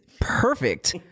perfect